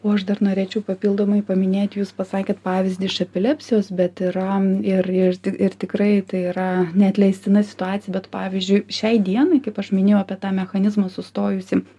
o aš dar norėčiau papildomai paminėti jūs pasakėt pavyzdį iš epilepsijos bet yra ir ir tik ir tikrai tai yra neatleistina situacija bet pavyzdžiui šiai dienai kaip aš minėjau apie tą mechanizmą sustojusį